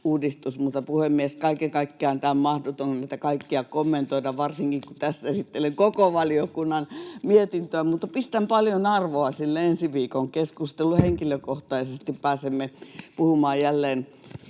Mutta, puhemies, kaiken kaikkiaan on mahdotonta näitä kaikkia kommentoida, varsinkin, kun tässä esittelen koko valiokunnan mietintöä, mutta pistän paljon arvoa sille ensi viikon keskustelulle. Pääsemme henkilökohtaisesti puhumaan jälleen